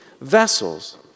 vessels